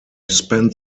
spent